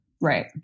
Right